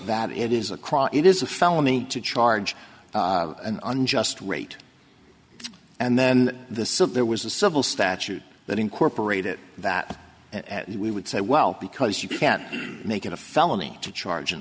that it is a crime it is a felony to charge an unjust rate and then the since there was a civil statute that incorporated that at we would say well because you can make it a felony to charge an